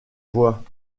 voix